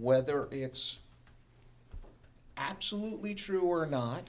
whether it's absolutely true or not